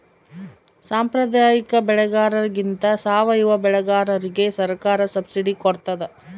ಸಾಂಪ್ರದಾಯಿಕ ಬೆಳೆಗಾರರಿಗಿಂತ ಸಾವಯವ ಬೆಳೆಗಾರರಿಗೆ ಸರ್ಕಾರ ಸಬ್ಸಿಡಿ ಕೊಡ್ತಡ